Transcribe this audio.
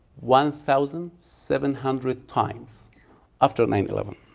one thousand seven hundred times after nine eleven.